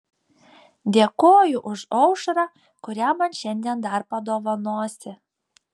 dėkoju už aušrą kurią man šiandien dar padovanosi